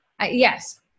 Yes